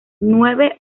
nueve